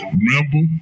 Remember